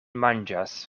manĝas